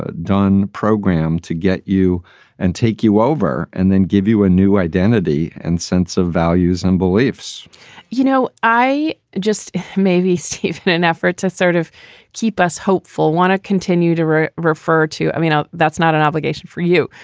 ah done program to get you and take you over and then give you a new identity and sense of values and beliefs you know, i just may be safe in an effort to sort of keep us hopeful. want to continue to refer to. i mean, no, that's not an obligation for you,